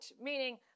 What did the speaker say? meaning